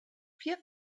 vier